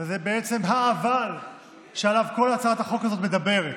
וזה בעצם האבל שעליו שכל הצעת החוק הזאת מדברת,